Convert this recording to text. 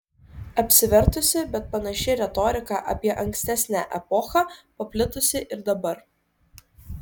apsivertusi bet panaši retorika apie ankstesnę epochą paplitusi ir dabar